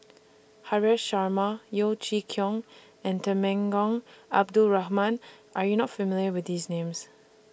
Haresh Sharma Yeo Chee Kiong and Temenggong Abdul Rahman Are YOU not familiar with These Names